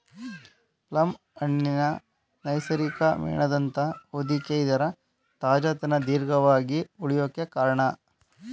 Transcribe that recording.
plum ಹಣ್ಣಿನ ನೈಸರ್ಗಿಕ ಮೇಣದಂಥ ಹೊದಿಕೆ ಇದರ ತಾಜಾತನ ದೀರ್ಘವಾಗಿ ಉಳ್ಯೋಕೆ ಕಾರ್ಣ